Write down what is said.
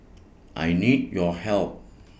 I need your help